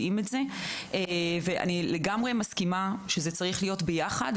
אני מסכימה שזה צריך להיות ביחד.